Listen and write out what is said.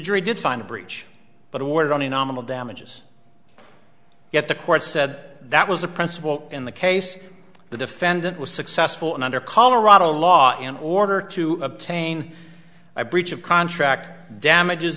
jury did find a bridge but awarded only nominal damages yet the court said that was a principle in the case the defendant was successful in under colorado law and order to obtain a breach of contract damages